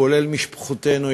כולל משפחותינו,